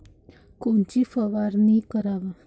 कोनची फवारणी कराव?